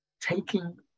taking